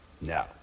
No